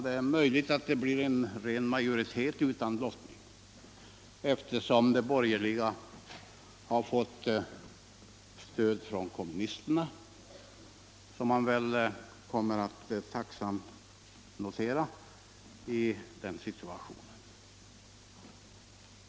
Det är också möjligt att det blir ren majoritet utan lottning, eftersom de borgerliga har fått stöd från kommunisterna — något som de borgerliga partierna kommer att tacksamt notera i denna situation.